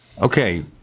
Okay